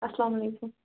اَلسلامُ علیکُم